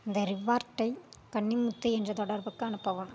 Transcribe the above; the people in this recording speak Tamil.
இந்த ரிவார்டை கன்னிமுத்து என்ற தொடர்புக்கு அனுப்பவும்